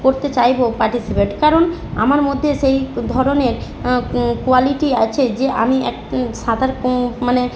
করতে চাইব পার্টিসিপেট কারণ আমার মধ্যে সেই ধরনের কোয়ালিটি আছে যে আমি এক সাঁতার কোম মানে